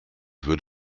wird